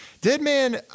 Deadman